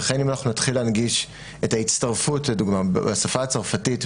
ולכן אם אנחנו נתחיל להנגיש את ההצטרפות לדוגמה בשפה הצרפתית,